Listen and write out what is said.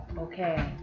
Okay